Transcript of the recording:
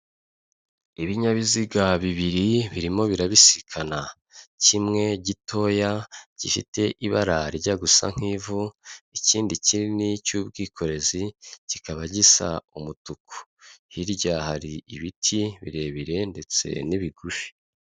Ibinyabiziga bibiri birimo birabisikana, kimwe gitoya gifite ibara rijya gusa nk'ivu, ikindi kinini cy'ubwikorezi, kikaba gisa umutuku hirya hari ibiti birebire ndetse n'ibigufi.